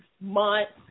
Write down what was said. months